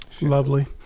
Lovely